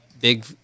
big